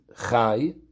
chai